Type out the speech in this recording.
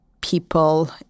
people